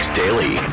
daily